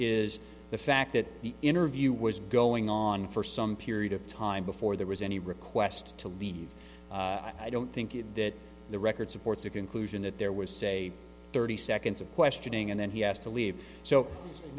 is the fact that the interview was going on for some period of time before there was any request to leave i don't think it that the record supports a conclusion that there was say thirty seconds of questioning and then he has to leave so you